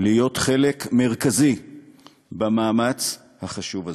להיות חלק מרכזי במאמץ החשוב הזה.